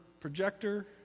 projector